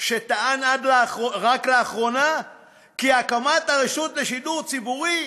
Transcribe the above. טען רק לאחרונה כי הרשות לשידור ציבורי